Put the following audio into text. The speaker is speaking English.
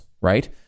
right